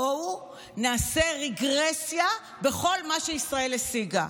בואו נעשה רגרסיה בכל מה שישראל השיגה.